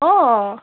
অঁ